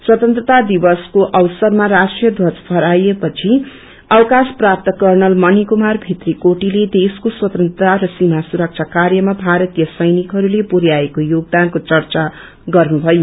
स्वतंत्रता दिवसको अवसरमा राष्ट्रिय घ्वज फहरापछि अवकाश प्रापत कर्णल मणिकुमार भित्री कोटीले देशको स्वतंचता र सीमा सुरक्षाकाव्रमा भारतीय सैनिकहरूले पुरयाएको योगदानको चर्चा गर्नुमयो